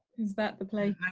is that the place?